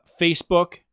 Facebook